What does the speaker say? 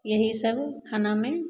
यहीसब खानामे